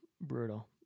Brutal